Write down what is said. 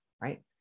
right